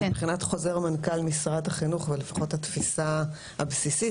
שמבחינת חוזר מנכ"ל משרד החינוך או לפחות התפיסה הבסיסית,